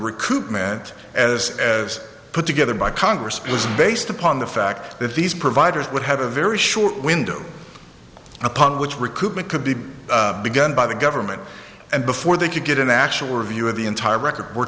recoupment as as put together by congress was based upon the fact that these providers would have a very short window upon which recoupment could be begun by the government and before they could get an actual review of the entire record we're